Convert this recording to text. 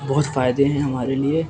بہت فائدے ہیں ہمارے لیے